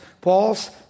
Paul's